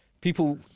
people